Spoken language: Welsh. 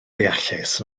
ddeallus